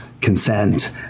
consent